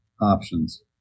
options